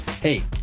Hey